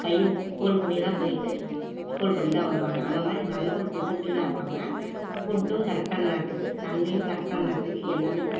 கையை ஹோல்ட் பண்ணி தான் போயிட்டு ஹோல்ட் பண்ணிதான் வருவாங்க அந்த மாதிரி நல்ல ஒரு டிசிப்ளினா இருப்பாங்க ஃபுட்டும் கரெக்டாக நேரத்துக்கு தண்ணியும் கரெக்டாக நேரத்துக்கு எல்லாமே